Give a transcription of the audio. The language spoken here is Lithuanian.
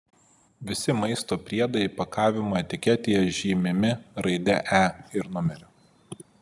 visi maisto priedai įpakavimo etiketėje žymimi raide e ir numeriu